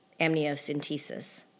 amniocentesis